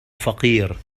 فقير